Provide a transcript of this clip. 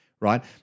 right